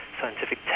scientific